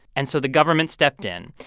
and so the government stepped in.